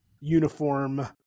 uniform